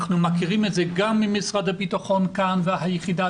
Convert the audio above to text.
אנחנו מכירים את זה גם ממשרד הביטחון כאן והיחידה